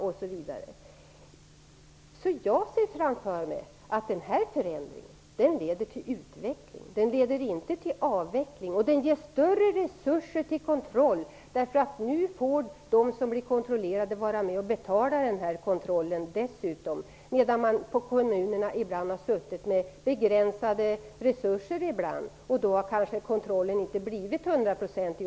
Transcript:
Jag ser därför framför mig att denna förändring leder till utveckling, inte till avveckling. Den skapar också större resurser för kontroll, eftersom de som blir kontrollerade nu får vara med och betala kontrollen. Ibland har ju kommunerna haft begränsade resurser, vilket har gjort att kontrollen inte alltid har blivit hundraprocentig.